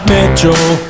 Mitchell